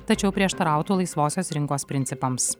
tačiau prieštarautų laisvosios rinkos principams